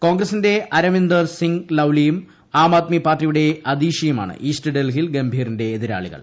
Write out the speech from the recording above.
കോൺഗ്രസിന്റെ അരവിന്ദർ സിങ് ലൌലിയും ആം ആദ്മി പാർട്ടിയുടെ അദീഷിയുമാണ് ഈസ്റ്റ് ഡൽഹിയിൽ ഗംഭീറിന്റെ എതിരാളികൾ